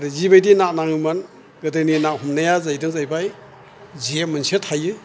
जिबायदि ना नाङोमोन गोदोनि ना हमनाया जाहैदों जाहैबाय जे मोनसे थायो